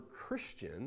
Christian